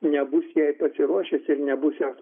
nebus jai pasiruošęs ir nebus